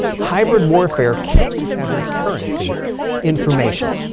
hybrid warfare carries as its currency information.